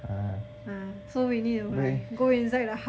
!huh! why